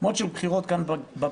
Mode של בחירות כאן בבניין,